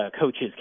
coaches